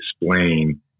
explain